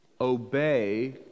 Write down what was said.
Obey